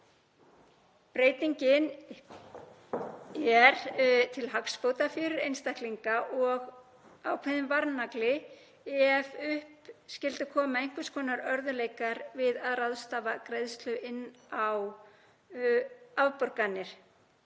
Breytingin er til hagsbóta fyrir einstaklinga og er ákveðinn varnagli ef upp skyldu koma einhvers konar örðugleikar við að ráðstafa greiðslu inn á afborganir.